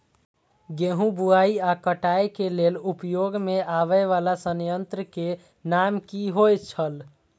गेहूं बुआई आ काटय केय लेल उपयोग में आबेय वाला संयंत्र के नाम की होय छल?